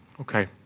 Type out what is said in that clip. Okay